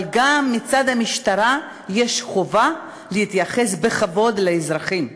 אבל גם מצד המשטרה יש חובה להתייחס בכבוד לאזרחים.